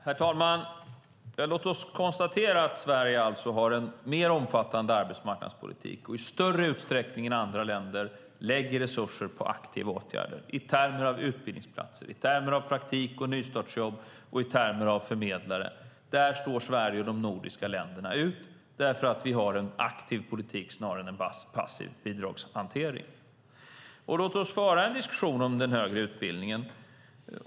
Herr talman! Låt oss konstatera att Sverige har en mer omfattande arbetsmarknadspolitik och i större utsträckning än andra länder lägger resurser på aktiva åtgärder i termer av utbildningsplatser, i termer av praktik och nystartsjobb och i termer av förmedlare. Där står Sverige och de nordiska länderna ut därför att vi har en aktiv politik snarare än en passiv bidragshantering. Låt oss föra en diskussion om den högre utbildningen.